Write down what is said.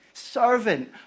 servant